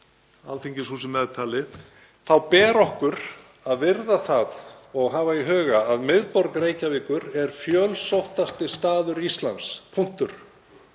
Alþingishúsið meðtalið, þá ber okkur að virða það og hafa í huga að miðborg Reykjavíkur er fjölsóttasti staður Íslands,